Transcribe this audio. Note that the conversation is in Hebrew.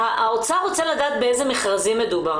האוצר רוצה לדעת באיזה מכרזים מדובר,